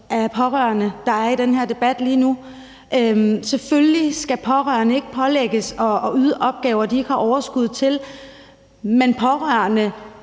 de pårørende, der lige nu er i den her debat. Selvfølgelig skal pårørende ikke pålægges at yde opgaver, de ikke har overskud til, men pårørende